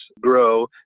grow